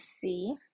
see